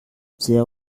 there